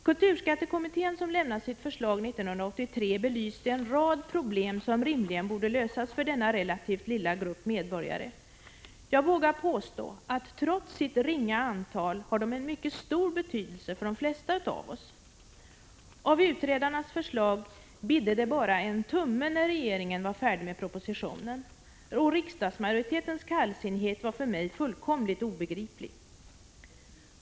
Kulturskattekommittén, som lämnade sitt förslag 1983, belyste en rad problem som rimligen borde lösas för denna relativt lilla grupp medborgare. Jag vågar påstå att denna grupp trots sin litenhet har en mycket stor betydelse för de flesta av oss. Av utredarnas förslag ”bidde det bara en tumme” när regeringen var färdig med propositionen. Riksdagsmajoritetens kallsinnighet var för mig fullkomligt obegriplig.